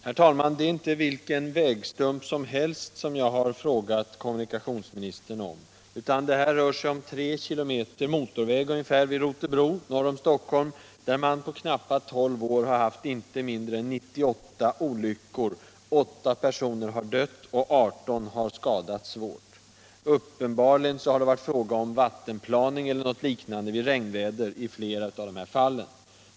Herr talman! Det är inte vilken vägstump som helst som jag har frågat kommunikationsministern om, utan det här rör sig om ungefär tre kilometer motorväg vid Rotebro, där man på knappa tolv år har haft inte mindre än 98 olyckor. Åtta personer har dött och 18 har skadats svårt. Uppenbarligen har det i flera av de här fallen varit fråga om vattenplaning vid regnväder eller något liknande.